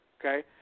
Okay